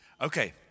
Okay